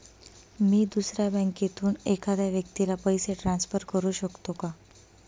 मी दुसऱ्या बँकेतून एखाद्या व्यक्ती ला पैसे ट्रान्सफर करु शकतो का?